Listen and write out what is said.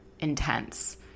intense